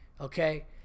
okay